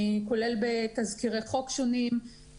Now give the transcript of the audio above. כולל בתזכירי חוק שונים,